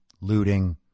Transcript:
looting